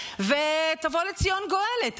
ותבוא לציון גואלת.